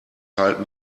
halten